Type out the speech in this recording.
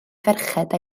ferched